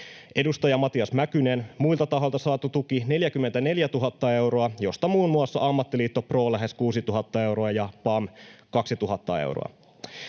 Edustaja Matias Mäkynen: muilta tahoilta saatu tuki 44 000 euroa, josta muun muassa Ammattiliitto Pro lähes 6 000 euroa ja PAM 2 000 euroa.